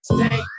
Stay